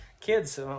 kids